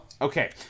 Okay